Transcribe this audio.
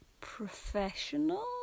professional